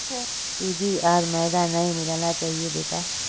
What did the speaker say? सूजी आर मैदा नई मिलाना चाहिए बेटा